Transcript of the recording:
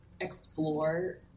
explore